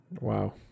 Wow